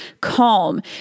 calm